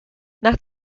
nach